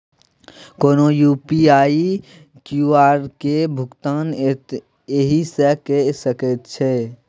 कोनो UPI QR केर भुगतान एहिसँ कए सकैत छी